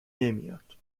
نمیاد